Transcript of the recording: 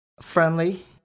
friendly